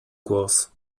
głos